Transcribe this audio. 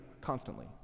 constantly